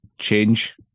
change